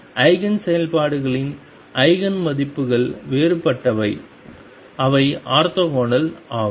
eigen செயல்பாடுகளின் eigen மதிப்புகள் வேறுபட்டவை அவை ஆர்த்தோகனல் ஆகும்